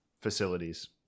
facilities